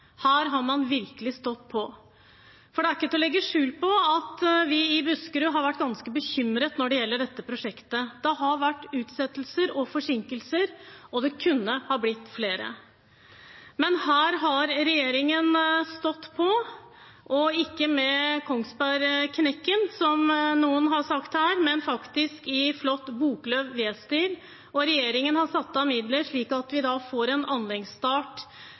Her har man virkelig stått på. Det er ikke til å legge skjul på at vi i Buskerud har vært ganske bekymret når det gjelder dette prosjektet. Det har vært utsettelser og forsinkelser. Det kunne ha blitt flere, men her har regjeringen stått på, ikke med kongsbergknekken – som noen har sagt her – men faktisk i Boklövs flotte V-stil. Og regjeringen har satt av midler, slik at vi får en anleggsstart